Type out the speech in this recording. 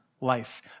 life